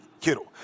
Kittle